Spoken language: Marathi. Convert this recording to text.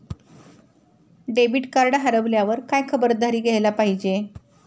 डेबिट कार्ड हरवल्यावर काय खबरदारी घ्यायला पाहिजे?